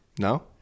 No